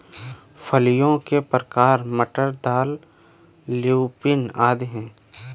फलियों के प्रकार मटर, दाल, ल्यूपिन आदि हैं